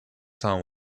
town